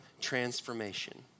transformation